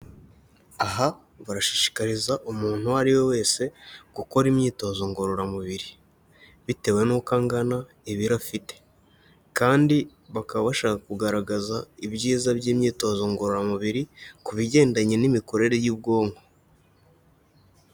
Aha barashishikariza umuntu uwo ari we wese gukora imyitozo ngororamubiri bitewe n'uko angana ibiro afite, kandi bakaba bashaka kugaragaza ibyiza by'imyitozo ngororamubiri ku bigendanye n'imikorere y'ubwonko.